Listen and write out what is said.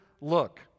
look